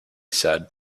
said